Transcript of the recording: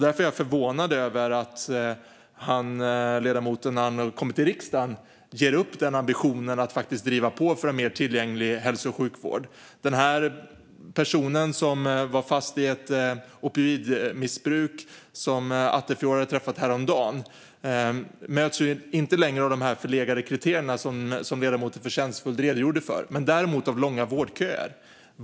Därför är jag förvånad över att ledamoten när han kommer till riksdagen ger upp ambitionen att driva på för mer tillgänglig hälso och sjukvård. Personen som Attefjord träffade häromdagen och som var fast i opioidmissbruk möts inte längre av de kriterier som ledamoten förtjänstfullt redogjorde för. Däremot möts han av långa vårdköer.